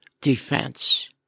Defense